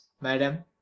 madam